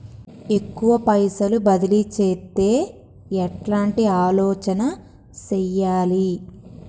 ఎక్కువ పైసలు బదిలీ చేత్తే ఎట్లాంటి ఆలోచన సేయాలి?